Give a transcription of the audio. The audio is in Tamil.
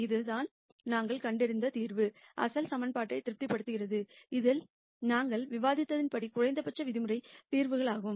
இதுதான் நாங்கள் கண்டறிந்த தீர்வு அசல் சமன்பாட்டை திருப்திப்படுத்துகிறது இது நாங்கள் விவாதித்தபடி குறைந்தபட்ச விதிமுறை தீர்வாகவும் மாறும்